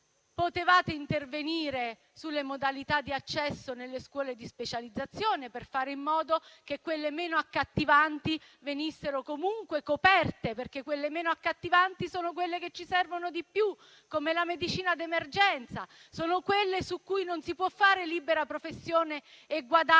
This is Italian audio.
Potevate poi intervenire sulle modalità di accesso nelle scuole di specializzazione per fare in modo che quelle meno accattivanti venissero comunque coperte, perché quelle meno accattivanti sono quelle che ci servono di più, come la medicina d'emergenza. Sono quelle su cui non si può fare libera professione e guadagno